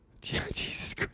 Jesus